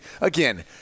again